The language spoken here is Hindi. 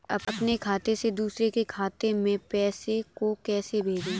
अपने खाते से दूसरे के खाते में पैसे को कैसे भेजे?